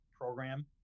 program